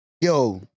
Yo